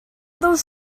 those